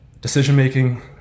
decision-making